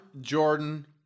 Jordan